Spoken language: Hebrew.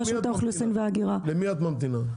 למי את ממתינה?